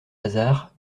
lazare